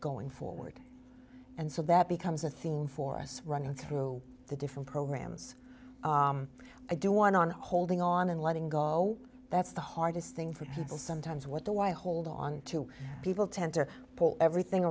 going forward and so that becomes a theme for us running through the different programs i do one on holding on and letting go that's the hardest thing for people sometimes what the why hold onto people tend to pull everything